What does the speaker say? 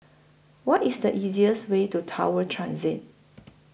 What IS The easiest Way to Tower Transit